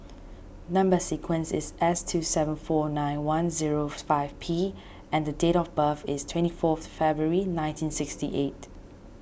Number Sequence is S two seven four nine one zero five P and date of birth is twenty four February nineteen sixty eight